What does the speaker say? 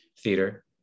theater